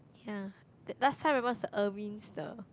ya last time remember what's the Irving's the